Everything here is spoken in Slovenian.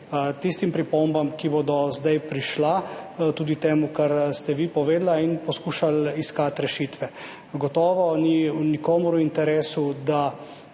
tistim pripombam, ki bodo zdaj prišle, tudi temu, kar ste vi povedali, in poskušali iskati rešitve. Gotovo ni nikomur v interesu, da